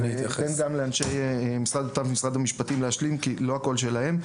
ואני אתן גם לאנשי המשרד לבט"פ ומשרד המשפטים להשלים כי לא הכול שלהם.